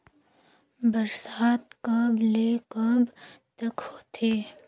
बरसात कब ल कब तक होथे?